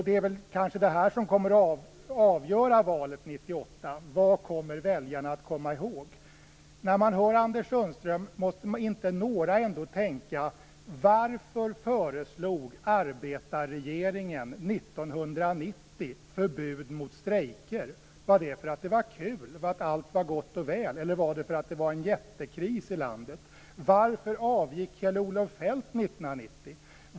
Det är kanske vad väljarna kommer att komma ihåg som avgör valet 1998. När Anders Sundström talar måste några ända tänka: Varför föreslog arbetarregeringen 1990 förbud mot strejker? Gjorde man det därför att det var kul, därför att allt var gott och väl? Eller gjorde man det därför att det var en jättekris i landet? Varför avgick Kjell-Olof Feldt 1990?